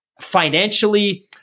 financially